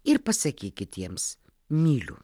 ir pasakykit jiems myliu